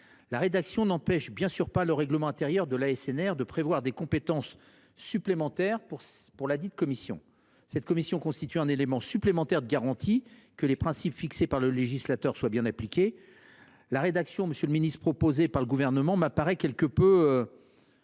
La rédaction n’empêche bien sûr pas que le règlement intérieur de l’ASNR prévoie des compétences supplémentaires pour ladite commission. Cette commission constitue un élément supplémentaire de garantie que les principes fixés par le législateur soient bien appliqués. La rédaction proposée par le Gouvernement est trop